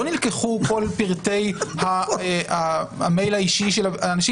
לא נלקחו כל פרטי המייל האישי של האנשים